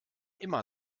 immer